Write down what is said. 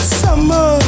summer